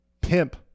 Pimp